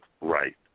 right